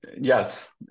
Yes